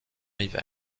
hiver